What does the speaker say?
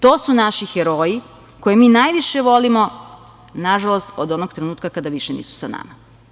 To su naši heroji koje mi najviše volimo, nažalost, od onog trenutka kada više nisu sa nama.